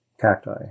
cacti